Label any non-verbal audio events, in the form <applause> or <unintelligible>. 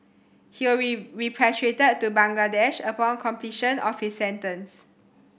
he will <unintelligible> repatriated to Bangladesh upon completion of his sentence